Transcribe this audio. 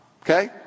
Okay